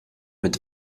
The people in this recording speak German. mit